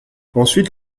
ensuite